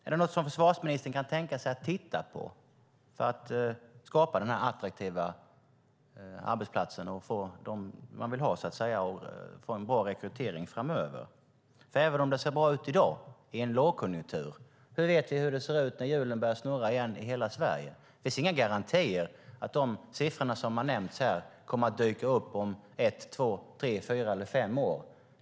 Är det något som försvarsministern kan tänka sig att titta på för att skapa denna attraktiva arbetsplats för att få en bra rekrytering framöver och få de som man vill ha? Även om det ser bra ut i dag i en lågkonjunktur vet vi inte hur det ser ut när hjulen börjar snurra igen i hela Sverige. Det finns inga garantier för att de siffror som man har nämnt här kommer att dyka upp om ett, två, tre, fyra eller fem år.